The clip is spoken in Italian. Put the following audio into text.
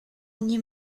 ogni